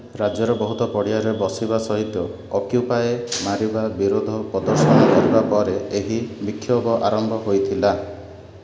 ରାଜ୍ୟର ବହୁତ ପଡ଼ିଆରେ ବସିବା ସହିତ ଅକ୍ୟୁପାଏ ମାରିନା ବିରୋଧ ପ୍ରଦର୍ଶନ କରିବା ପରେ ଏହି ବିକ୍ଷୋଭ ଆରମ୍ଭ ହୋଇଥିଲା